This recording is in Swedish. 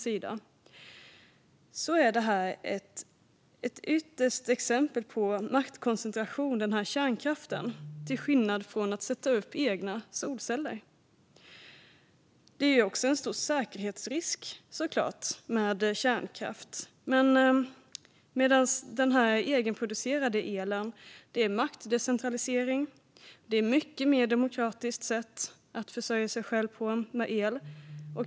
Men kärnkraften är det yttersta exemplet på maktkoncentration, till skillnad från att sätta upp egna solceller. Kärnkraften är också en stor säkerhetsrisk. Utökad befrielse från energiskatt för egen-producerad el Den egenproducerade elen innebär däremot maktdecentralisering. Det är ett mycket mer demokratiskt sätt att försörja sig själv med el.